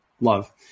love